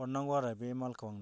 हरनांगौ आरो बे मालखौ आंनो